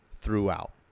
throughout